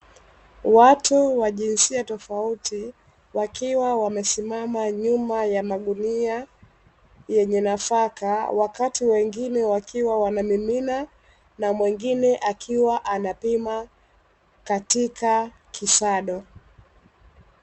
Watu wa jinsia tofauti wakiwa wamesimama nyuma ya magunia yenye nafaka, wakati wengine wakiwa wanamimina na mwingine akiwa anapima katika kisado.